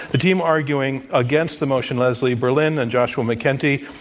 the team arguing against the motion, leslie berlin and joshua mckenty,